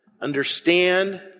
understand